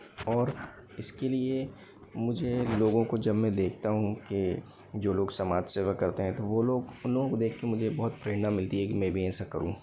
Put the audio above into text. और इसके लिए मुझे लोगों को जब मैं देखता हूँ के जो लोग समाज सेवा करतें है तो वो लोग उन लोगों को देख के मुझे बहुत प्रेणना मिलती है की में भी ऐसा करूं